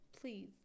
please